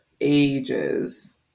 ages